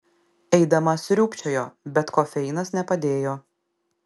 eidama sriūbčiojo bet kofeinas nepadėjo